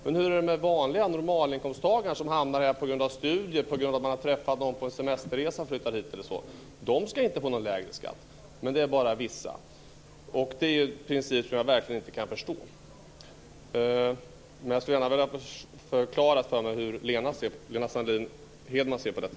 Men hur är det med de vanliga normalinkomsttagarna som hamnar här på grund av studier eller på grund av att de har träffat någon på en semesterresa och sedan flyttat hit? De ska inte få någon lägre skatt. Det är bara vissa. Det är en princip som jag verkligen inte kan förstå. Men jag skulle gärna vilja ha förklarat för mig hur Lena Sandlin-Hedman ser på detta.